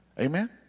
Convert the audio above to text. Amen